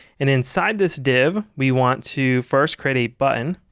and inside this div we want to first create a button,